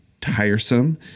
tiresome